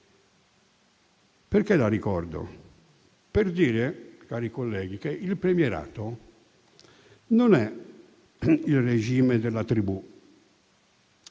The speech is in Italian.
La ricordo per dire, cari colleghi, che il premierato non è il regime della tribù,